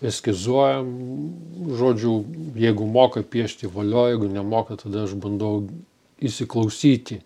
eskizuojam žodžiu jeigu moka piešti valio jeigu nemoka tada aš bandau įsiklausyti